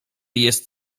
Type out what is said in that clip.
jest